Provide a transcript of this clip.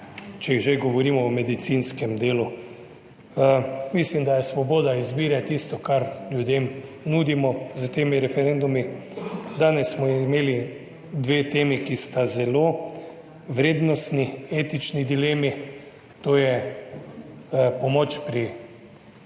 Če že govorimo o medicinskem delu, mislim, da je svoboda izbire tisto, kar ljudem nudimo s temi referendumi. Danes smo imeli dve temi, ki sta zelo vrednostni, etični dilemi. To je pomoč pri